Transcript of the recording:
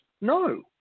No